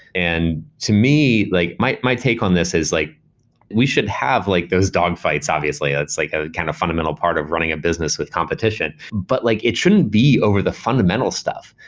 and to me, my my take on this is like we should have like those dogfights obviously. ah it's like a kind of fundamental part of running a business with competition. but like it shouldn't be over the fundamental stuff.